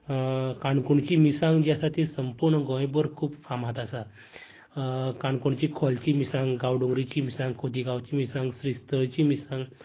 काणकोणची मिरसांग जी आसा ती संपूर्ण गोंयभर खूब फामाद आसा काणकोणची खोलची मिरसांग गांवडोंगरेची मिरसांग खोतिगांवची मिरसांग श्रीस्थळची मिरसांग